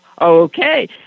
Okay